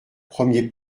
premier